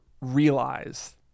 realize